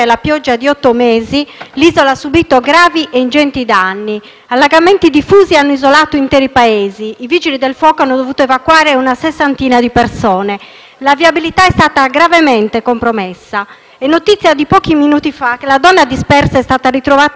Allagamenti diffusi hanno isolato diversi paesi e i Vigili del fuoco hanno dovuto evacuare una sessantina di persone. La viabilità è stata gravemente compromessa. È notizia di pochi minuti fa che una donna dispersa è stata ritrovata morta. Esprimo dunque il mio cordoglio a tutta la famiglia di Tamara, mamma di